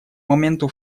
моменту